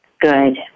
Good